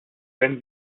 wenn